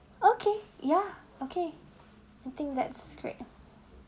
okay ya okay I think that's great